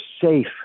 safe